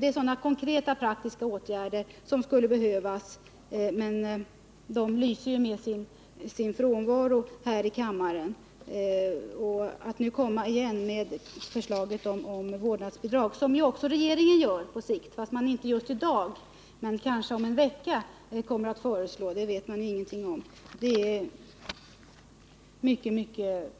Det är sådana praktiska åtgärder som skulle behövas, men de lyser med sin frånvaro här i kammaren. Kanske regeringen om en vecka kommer igen med förslag om vårdnadsbidrag, men det vet man ingenting om. Det är en mycket